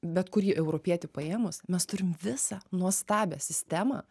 bet kurį europietį paėmus mes turim visą nuostabią sistemą